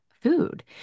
food